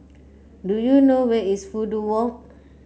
do you know where is Fudu Walk